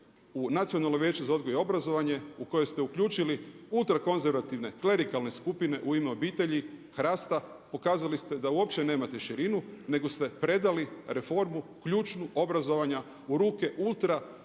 u Nacionalno vijeće za odgoj i obrazovanje u koju ste uključili ultrakonzervativne, klerikalne skupine „U ime obitelji“, HRAST-a pokazali ste da uopće nemate širinu nego ste predali reformu ključnu obrazovanja u ruke